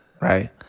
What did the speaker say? Right